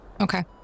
Okay